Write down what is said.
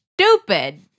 stupid